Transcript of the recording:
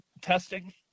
testing